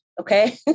okay